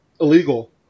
illegal